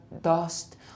dust